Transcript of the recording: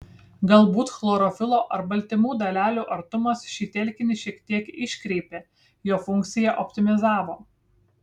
galbūt chlorofilo ar baltymų dalelių artumas šį telkinį šiek tiek iškreipė jo funkciją optimizavo